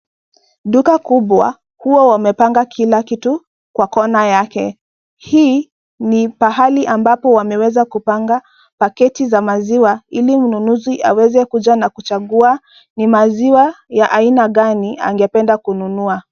Duka kubwa, huwa wamepanga kila kitu kwa kona yake. Hii ni pahali ambapo wameweza kupanga paketi za maziwa, ili mnunuzi aweze kuja na kuchagua ni maziwa ya aina gani angependa kununua.